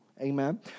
Amen